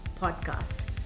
podcast